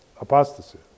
Apostasy